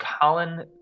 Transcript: Colin